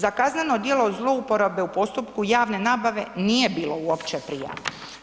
Za kazneno djelo zlouporabe u postupku javne nabave, nije bilo uopće prijava.